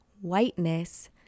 whiteness